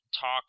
talk